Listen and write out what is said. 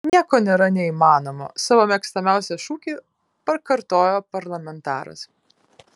nieko nėra neįmanomo savo mėgstamiausią šūkį pakartojo parlamentaras